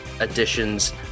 editions